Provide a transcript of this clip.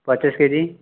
ପଚାଶ କେଜି